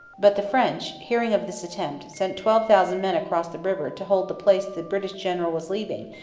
but the french, hearing of this attempt, sent twelve thousand men across the river to hold the place the british general was leaving,